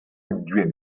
vantell